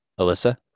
Alyssa